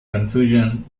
confusion